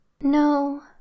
No